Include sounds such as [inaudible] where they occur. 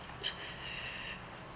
[breath]